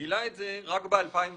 גילה את זה רק ב-2011.